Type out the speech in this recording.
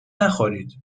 نخورید